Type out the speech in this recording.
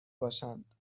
باشند